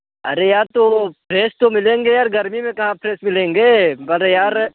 अरे यार तो फ़्रेश तो मिलेंगे यार गर्मी में कहाँ फ़्रेश मिलेंगे अरे यार